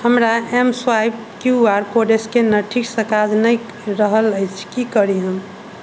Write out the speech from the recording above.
हमर M swipe Q R code scanner ठीकसँ काज नहि करि रहल अछि की करी हम